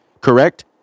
correct